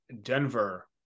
Denver